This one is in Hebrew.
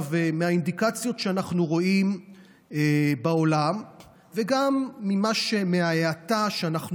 מהאינדיקציות שאנחנו רואים בעולם וגם מההאטה שאנחנו